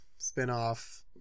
spinoff